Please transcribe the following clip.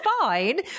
fine